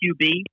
QB